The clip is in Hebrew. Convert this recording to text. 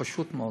פשוט מאוד.